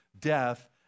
death